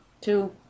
Two